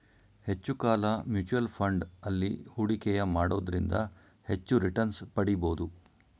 ಹೆಚ್ಚು ಕಾಲ mutual fund ಅಲ್ಲಿ ಹೂಡಿಕೆಯ ಮಾಡೋದ್ರಿಂದ ಹೆಚ್ಚು ರಿಟನ್ಸ್ ಪಡಿಬೋದು